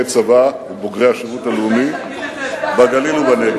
צבא ובוגרי השירות הלאומי בגליל ובנגב.